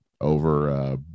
over